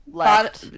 left